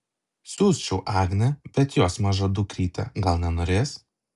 siųsčiau agnę bet jos maža dukrytė gal nenorės